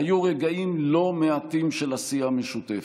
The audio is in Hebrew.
היו רגעים לא מעטים של עשייה משותפת.